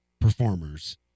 performers